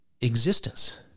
existence